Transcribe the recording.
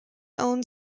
own